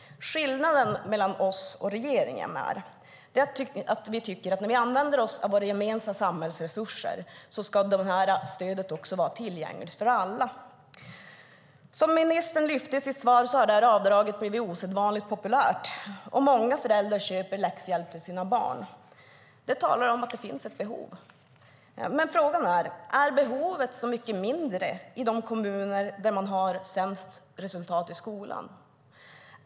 Skillnaden mellan oss och regeringen är att vi tycker att när vi använder oss av våra gemensamma samhällsresurser ska stödet vara tillgängligt för alla. Som ministern lyfte fram i sitt svar har avdraget blivit osedvanligt populärt, och många föräldrar köper läxhjälp till sina barn. Det talar för att det finns ett behov. Men frågan är: Är behovet så mycket mindre i de kommuner där man har sämst resultat i skolan?